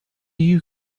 you